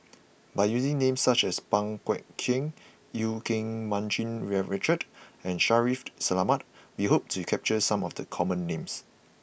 by using names such as Pang Guek Cheng Eu Keng Mun Richard and Shaffiq Selamat we hope to capture some of the common names